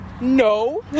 no